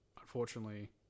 unfortunately